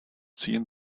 seen